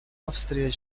австрия